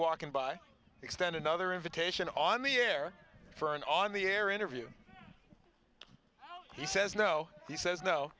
walking by extend another invitation on the air for an on the air interview he says no he says no